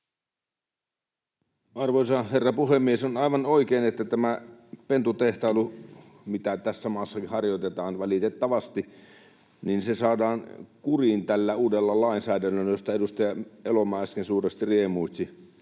Arvoisa herra puhemies! On aivan oikein, että tämä pentutehtailu, mitä tässäkin maassa harjoitetaan valitettavasti, saadaan kuriin tällä uudella lainsäädännöllä, josta edustaja Elomaa äsken suuresti riemuitsi.